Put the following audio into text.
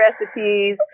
recipes